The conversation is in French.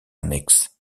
annexe